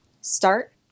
start